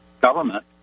government